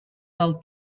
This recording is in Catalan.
del